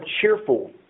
cheerful